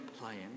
playing